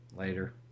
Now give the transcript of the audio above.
later